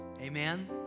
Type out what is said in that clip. Amen